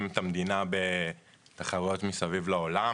את המדינה בתחרויות מסביב לעולם,